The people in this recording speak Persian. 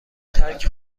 ترک